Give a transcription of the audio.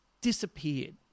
disappeared